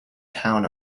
town